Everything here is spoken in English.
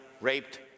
raped